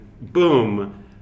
boom